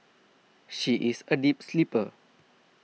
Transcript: she is a deep sleeper